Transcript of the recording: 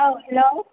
औ हेल्ल'